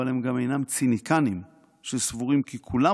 אבל הם גם אינם ציניקנים שסבורים כי כולם